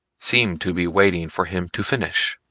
seemed to be waiting for him to finish.